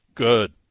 Good